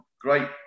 Great